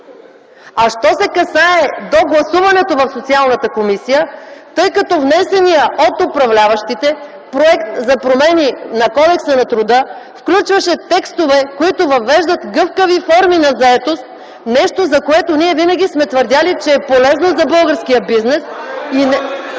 Що се касае до гласуването в Социалната комисия, тъй като внесения от управляващите проект за промени на Кодекса на труда включваше текстове, които въвеждат гъвкави форми на заетост, нещо за което ние винаги сме твърдели, че е полезно за българския бизнес ...